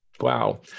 Wow